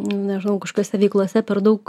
nežinau kažkokiose veiklose per daug